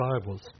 Bibles